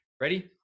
Ready